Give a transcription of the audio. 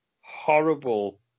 horrible